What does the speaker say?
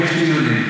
אבל יש דיונים.